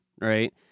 right